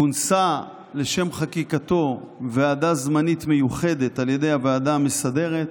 כונסה לשם חקיקתו ועדה זמנית מיוחדת על ידי הוועדה המסדרת,